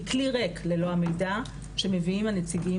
היא כלי ריק ללא המידע שמביאים הנציגים